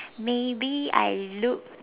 maybe I look